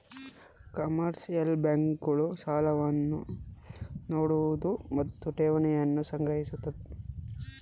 commercial bank ಗಳು ಸಾಲವನ್ನು ನೋಡುವುದು ಮತ್ತು ಠೇವಣಿಯನ್ನು ಸಂಗ್ರಹಿಸುತ್ತದೆ